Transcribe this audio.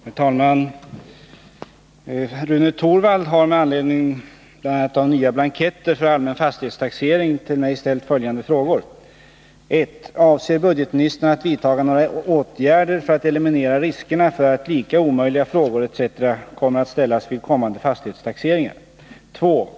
Herr talman! Rune Torwald har med anledning bl.a. av nya blanketter för allmän fastighetstaxering till mig ställt följande frågor: 1. Avser budgetministern att vidtaga några åtgärder för att eliminera riskerna för att lika omöjliga frågor etc. kommer att ställas vid kommande fastighetstaxeringar? 2.